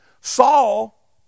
Saul